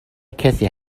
کسی